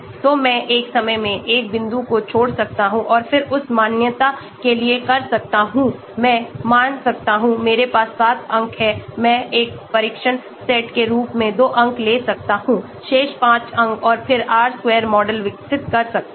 तो मैं एक समय में एक बिंदु को छोड़ सकता हूं और फिर उस मान्यता के लिए कर सकता हूं मैं मान सकता हूं मेरे पास 7 अंक हैं मैं एक परीक्षण सेट के रूप में 2 अंक ले सकता हूं शेष 5 अंक और फिर R square मॉडल विकसित कर सकता हूं